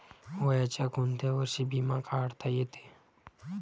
वयाच्या कोंत्या वर्षी बिमा काढता येते?